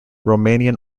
romanian